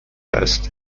است